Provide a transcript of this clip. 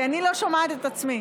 כי אני לא שומעת את עצמי.